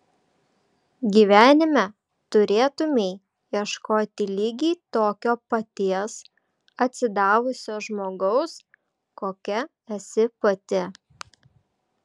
gyvenime turėtumei ieškoti lygiai tokio paties atsidavusio žmogaus kokia esi pati